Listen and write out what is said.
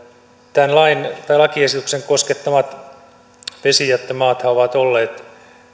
tämän lakiesityksen koskettamat vesijättömaathan ovat olleet